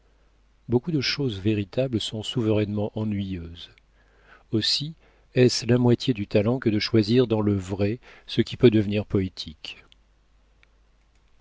beaucoup de choses véritables sont souverainement ennuyeuses aussi est-ce la moitié du talent que de choisir dans le vrai ce qui peut devenir